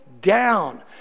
down